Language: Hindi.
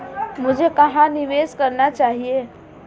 मुझे कहां निवेश करना चाहिए?